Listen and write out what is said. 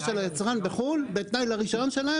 של היצרן בחו"ל בתנאי לרישיון שלהם,